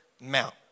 mount